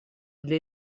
для